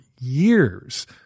years